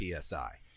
PSI